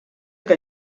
que